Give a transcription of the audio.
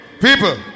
people